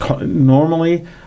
normally